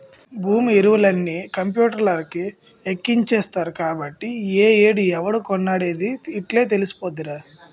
భూమి యివరాలన్నీ కంపూటర్లకి ఎక్కించేత్తరు కాబట్టి ఏ ఏడు ఎవడు కొన్నాడనేది యిట్టే తెలిసిపోద్దిరా